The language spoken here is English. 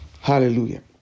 Hallelujah